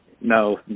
No